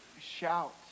shout